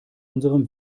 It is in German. unserem